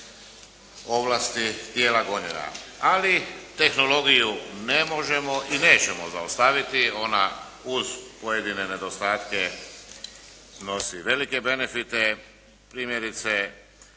ovlasti tijela gonjenja. Ali tehnologiju ne možemo i nećemo zaustaviti. Ona uz pojedine nedostatke snosi velike benefite, primjerice